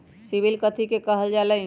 CIBIL कथि के काहल जा लई?